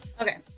okay